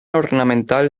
ornamental